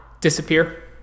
disappear